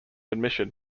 admission